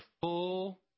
full